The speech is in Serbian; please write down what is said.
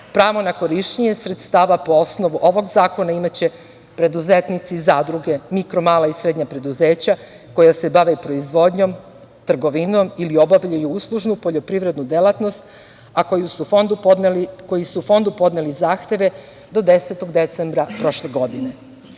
pravo na korišćenje sredstava po osnovu ovog zakona imaće preduzetnici, zadruge, mikro, mala i srednja preduzeća koja se bave proizvodnjom, trgovinom ili obavljaju uslužnu poljoprivrednu delatnost, a koji su Fondu podneli zahteve do 10. decembra 2020. godine. Ovo